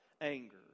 anger